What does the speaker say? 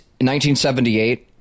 1978